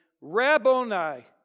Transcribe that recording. Rabboni